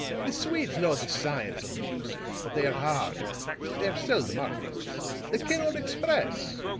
the swedes know the science of music but they are hard they are seldom artists they cannot express.